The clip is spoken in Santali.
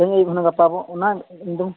ᱛᱮᱦᱮᱧ ᱟᱹᱭᱩᱵ ᱠᱷᱚᱱᱟᱜ ᱜᱟᱯᱟ ᱵᱚ ᱚᱱᱟ